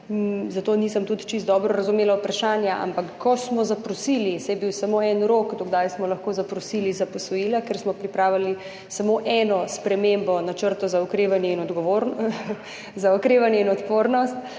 bil. Nisem čisto dobro razumela vprašanja, ampak ko smo zaprosili, saj je bil samo en rok, do kdaj smo lahko zaprosili za posojila, ker smo pripravili samo eno spremembo Načrta za okrevanje in odpornost